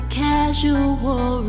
casual